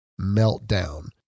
meltdown